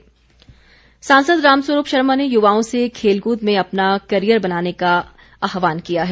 राम स्वरूप सांसद राम स्वरूप शर्मा ने युवाओं से खेलकूद में अपना करियर बनाने का आह्वान किया है